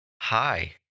Hi